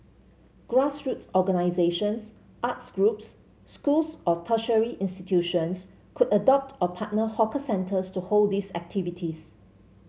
grassroots organisations arts groups schools or tertiary institutions could adopt or partner hawker centres to hold these activities